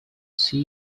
see